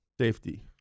Safety